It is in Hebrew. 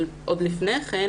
אבל עוד לפני כן,